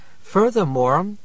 Furthermore